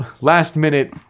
last-minute